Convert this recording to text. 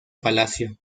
palacio